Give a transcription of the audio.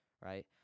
right